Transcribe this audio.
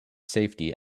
safety